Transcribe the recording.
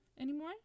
anymore